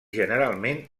generalment